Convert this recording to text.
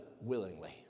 Willingly